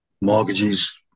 mortgages